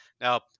Now